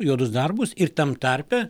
juodus darbus ir tam tarpe